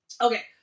Okay